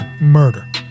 murder